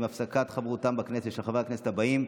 עם הפסקת חברותם בכנסת של חברי הכנסת הבאים,